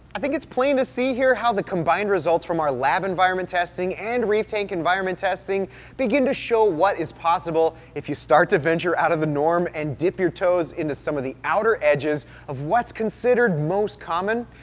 i think it's plain to see here how the combined results from our lab environment testing and reef tank environment testing begin to show what is possible if you start to venture out of the norm and dip your toes into some of the outer edges of what's considered most common,